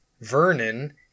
Vernon